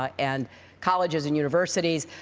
ah and colleges and universities.